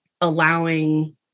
allowing